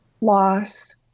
loss